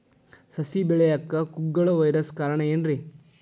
ಸಸಿ ಬೆಳೆಯಾಕ ಕುಗ್ಗಳ ವೈರಸ್ ಕಾರಣ ಏನ್ರಿ?